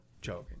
joking